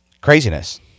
craziness